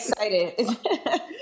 excited